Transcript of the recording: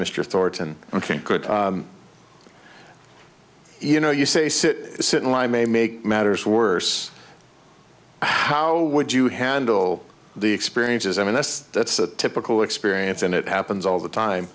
mr thorton ok you know you say this in line may make matters worse how would you handle the experiences i mean that's that's a typical experience and it happens all the time